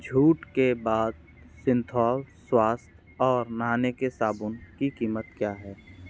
छूट के बाद सिंथौल स्वास्थ्य और नहाने के साबुन की कीमत क्या है